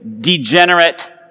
degenerate